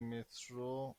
مترو